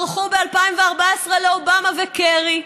ברחו ב-2014 לאובמה וקרי,